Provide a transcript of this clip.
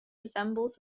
resembles